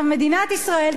מדינת ישראל,